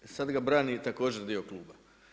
E sad ga brani također dio kluba.